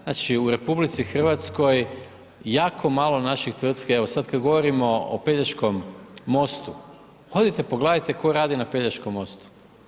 Znači u RH jako malo naših tvrtki, evo sad kad govorimo o Pelješkom mostu, odite, pogledajte tko radi na Pelješkom mostu.